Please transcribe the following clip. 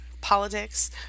politics